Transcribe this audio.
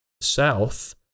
south